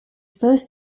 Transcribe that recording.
first